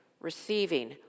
receiving